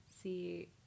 see